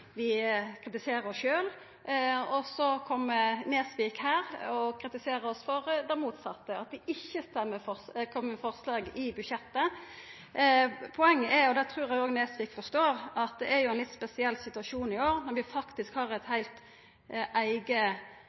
vi kritiserer oss sjølve. Og så kjem Nesvik her og kritiserer oss for det motsette – at vi ikkje kom med forslag i budsjettet. Poenget er jo – og det trur eg òg Nesvik forstår – at det er ein litt spesiell situasjon i år. Vi har faktisk eit heilt eige